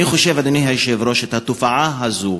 אני חושב, אדוני היושב-ראש, שהתופעה הזאת,